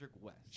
west